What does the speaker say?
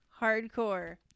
hardcore